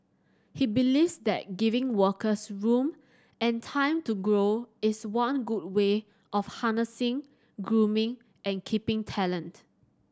he believes that giving workers room and time to grow is one good way of harnessing grooming and keeping talent